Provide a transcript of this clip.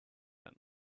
him